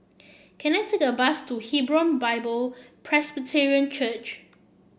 can I take the bus to Hebron Bible Presbyterian Church